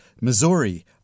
Missouri